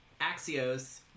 Axios